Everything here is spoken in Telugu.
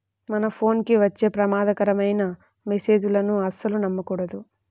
మన ఫోన్ కి వచ్చే ప్రమాదకరమైన మెస్సేజులను అస్సలు నమ్మకూడదు